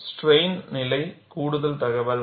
strain நிலை கூடுதல் தகவல்